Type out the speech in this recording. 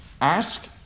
ask